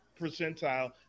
percentile